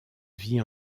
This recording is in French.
vie